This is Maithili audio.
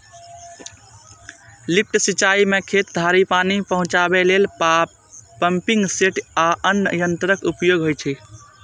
लिफ्ट सिंचाइ मे खेत धरि पानि पहुंचाबै लेल पंपिंग सेट आ अन्य यंत्रक उपयोग होइ छै